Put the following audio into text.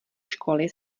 školy